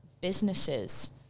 businesses